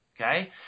Okay